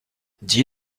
dis